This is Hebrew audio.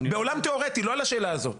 בעולם תיאורטי, לא על השאלה הזאת.